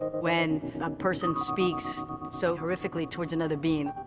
when a person speaks so horrifically towards another being,